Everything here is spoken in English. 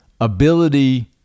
ability